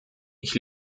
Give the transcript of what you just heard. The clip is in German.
ich